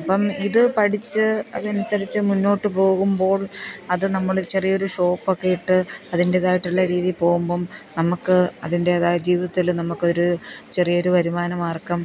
അപ്പം ഇത് പഠിച്ച് അതനുസരിച്ച് മുന്നോട്ട് പോകുമ്പോള് അത് നമ്മൾ ചെറിയൊരു ഷോപ്പ് ഒക്കെ ഇട്ട് അതിന്റെതായിട്ടുള്ള രീതിയില് പോവുമ്പം നമുക്ക് അതിന്റെതായ ജീവിതത്തിൽ നമുക്കൊരു ചെറിയൊരു വരുമാന മാര്ഗം